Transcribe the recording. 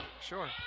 sure